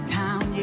town